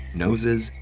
noses,